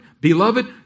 Beloved